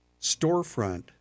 storefront